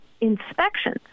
inspections